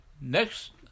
next